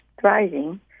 thriving